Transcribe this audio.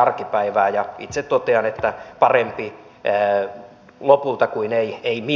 arkipäivää ja itse totean että parempi lopulta kuin ei milloinkaan